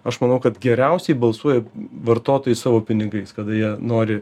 aš manau kad geriausiai balsuoja vartotojai savo pinigais kada jie nori